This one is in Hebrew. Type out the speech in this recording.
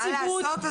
מה לעשות?